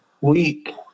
week